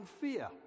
fear